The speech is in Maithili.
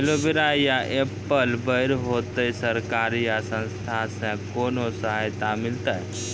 एलोवेरा या एप्पल बैर होते? सरकार या संस्था से कोनो सहायता मिलते?